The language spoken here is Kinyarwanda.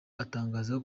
aratangaza